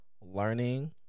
Learning